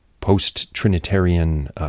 post-Trinitarian